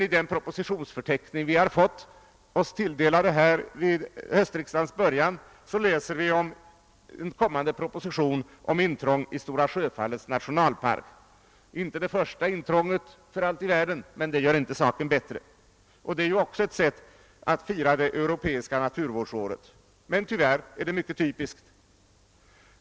I den propositionsförteckning vi fått oss tilldelad vid höstsessionens början kan vi emellertid finna en uppgift om en kommande proposition om intrång i Stora Sjöfallets nationalpark. Det gäller visserligen inte det första intrånget i denna, men det gör inte saken bättre. Det är också ett sätt att fira det europeiska naturvårdsåret — tyvärr mycket typiskt.